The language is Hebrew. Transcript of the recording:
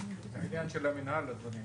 זה עניין של המנהל אדוני.